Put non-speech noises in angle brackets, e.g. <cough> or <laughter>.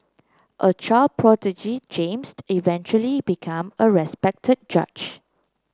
a child prodigy James <unintelligible> eventually become a respected judge